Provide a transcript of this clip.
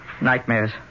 Nightmares